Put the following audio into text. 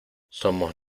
somos